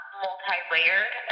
multi-layered